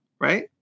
right